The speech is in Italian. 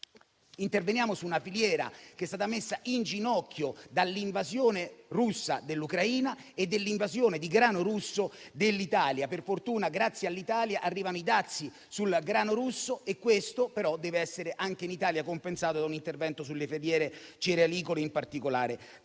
Interveniamo altresì su una filiera che è stata messa in ginocchio dall'invasione russa dell'Ucraina e dall'invasione di grano russo dell'Italia. Per fortuna, grazie all'Italia arrivano i dazi sul grano russo e questo però deve essere anche in Italia compensato da un intervento sulle filiere del grano duro, cerealicole in particolare.